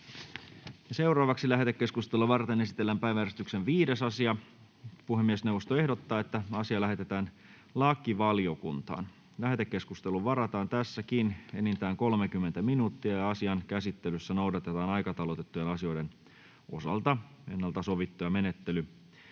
ovi. Lähetekeskustelua varten esitellään päiväjärjestyksen 5. asia. Puhemiesneuvosto ehdottaa, että asia lähetetään lakivaliokuntaan. Lähetekeskusteluun varataan tässäkin enintään 30 minuuttia. Asian käsittelyssä noudatetaan aikataulutettujen asioiden osalta ennalta sovittuja menettelytapoja.